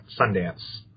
Sundance